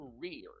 career